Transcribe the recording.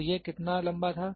तो यह कितना लंबा था